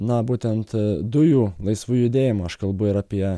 na būtent dujų laisvu judėjimu aš kalbu ir apie